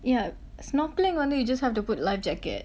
yeah snorkeling only you just have to put life jacket